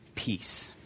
peace